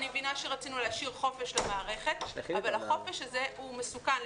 אני מבינה שרצינו להשאיר חופש למערכת אבל החופש הזה הוא מסוכן,